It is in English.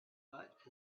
but